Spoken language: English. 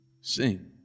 sing